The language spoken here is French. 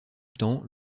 temps